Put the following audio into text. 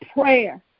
prayer